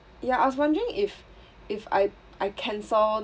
ya I was wondering if if I I cancel